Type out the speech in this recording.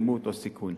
אלימות או סיכון.